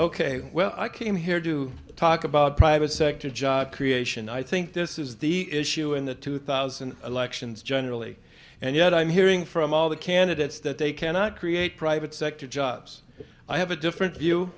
ok well i came here to talk about private sector job creation i think this is the issue in the two thousand elections generally and yet i'm hearing from all the candidates that they cannot create private sector jobs i have a different view